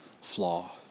flaw